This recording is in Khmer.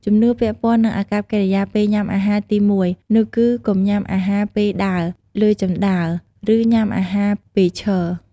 ជំនឿពាក់ព័ន្ធនឹងអាកប្បកិរិយាពេលញ៉ាំអាហារទីមួយ នោះគឺកុំញ៉ាំអាហារពេលដើរលើជណ្ដើរ ឬញ៉ាំអាហារពេលឈរ។